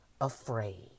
afraid